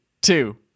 two